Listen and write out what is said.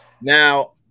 now